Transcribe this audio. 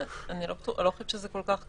אני לא חושבת שזה כל כך כללי.